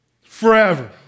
forever